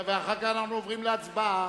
אחר כך אנחנו עוברים להצבעה.